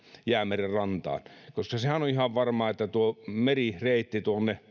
jäämeren rantaan koska sehän on on ihan varmaa että tuo merireitti